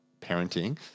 parenting